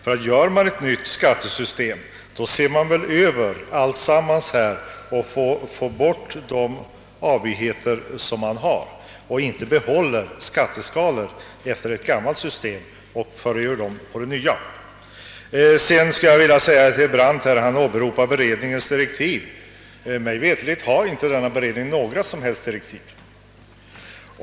Utformar man ett nytt skattesystem, ser man över hela området för att få bort de avigheter som finns. Man för inte .över skatteskalorna i det gamla systemet till det nya. Herr Brandt åberopade familjeskatteberedningens direktiv. Mig veterligt har beredningen inte några som helst direktiv.